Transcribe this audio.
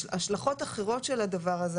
השלכות אחרות של הדבר הזה,